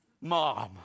Mom